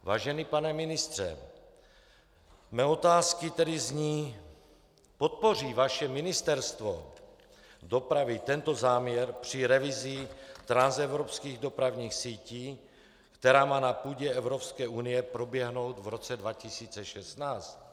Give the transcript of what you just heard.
Vážený pane ministře, mé otázky tedy zní: Podpoří vaše Ministerstvo dopravy tento záměr při revizi transevropských dopravních sítí, která má na půdě EU proběhnout v roce 2016?